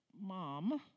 Mom